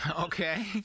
Okay